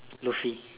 Luffy